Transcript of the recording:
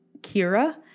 Kira